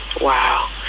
Wow